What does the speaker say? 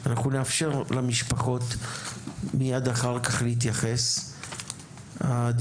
אנחנו נאפשר למשפחות להתייחס מיד אחר כך.